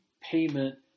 payment